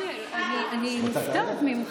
אוריאל, אני מופתעת ממך.